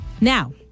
Now